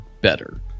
better